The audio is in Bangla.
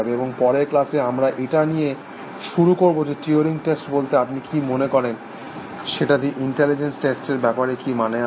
এবং পরের ক্লাসে আমরা এটা নিয়ে শুরু করব যে টিউরিং টেস্ট বলতে আপনি কি মনে করেন সেটা দিয়ে ইন্টেলিজেন্স টেস্টের ব্যাপারে কি মনে আছে